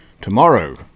tomorrow